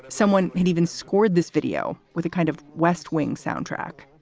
someone had even scored this video with a kind of west wing soundtrack